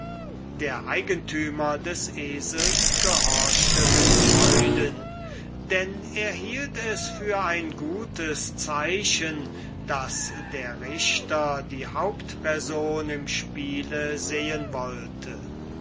der eigentümer des esels gehorchte mit freuden denn er hielt es für ein gutes zeichen daß der richter die hauptperson im spiele sehen wollte